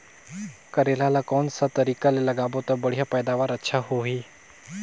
करेला ला कोन सा तरीका ले लगाबो ता बढ़िया पैदावार अच्छा होही?